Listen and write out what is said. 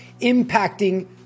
impacting